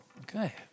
Okay